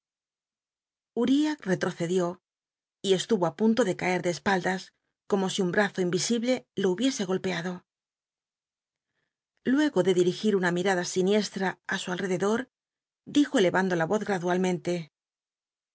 ul'iah tcttoccdió y estuvo i punto de caer de espaldas como si un brazo invisible lo hubiese golpeado luego de dirigir una mirada siniestra á su alrededor dijo elcrando la voz gradualmente